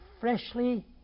freshly